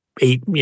eight